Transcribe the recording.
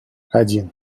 один